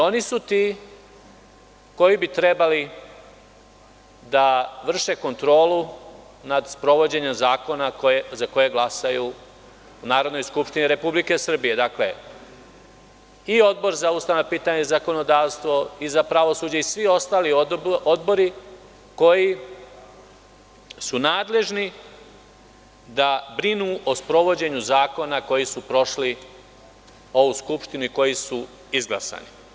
Oni su ti koji bi trebali da vrše kontrolu nad sprovođenjem zakona za koje glasaju u Narodnoj skupštini Republike Srbije, dakle i Odbor za ustavna pitanja i zakonodavstvo, i za pravosuđe i svi ostali odbori koji su nadležni da brinu o sprovođenju zakona koji su prošli ovu skupštinu i koji su izglasani.